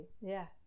yes